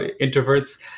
introverts